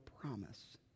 promise